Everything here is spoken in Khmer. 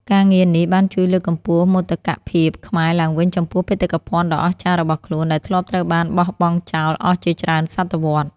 ការងារនេះបានជួយលើកកម្ពស់មោទកភាពខ្មែរឡើងវិញចំពោះបេតិកភណ្ឌដ៏អស្ចារ្យរបស់ខ្លួន ដែលធ្លាប់ត្រូវបានបោះបង់ចោលអស់ជាច្រើនសតវត្សរ៍។